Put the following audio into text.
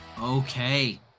Okay